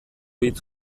hitz